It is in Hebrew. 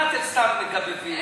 מה אתם סתם מגבבים?